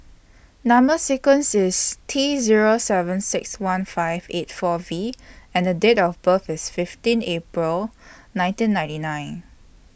Number sequence IS T Zero seven six one five eight four V and The Date of birth IS fifteen April nineteen ninety nine